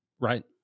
Right